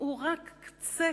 הוא רק קצה